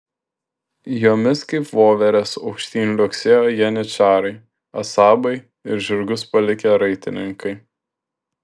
jomis kaip voverės aukštyn liuoksėjo janyčarai asabai ir žirgus palikę raitininkai